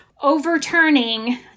Overturning